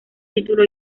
título